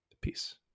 Peace